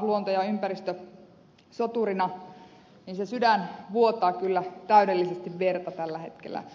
luonto ja ympäristösoturin sydän vuotaa kyllä täydellisesti verta tällä hetkellä